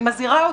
אני מזהירה אותך.